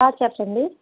చెప్పండి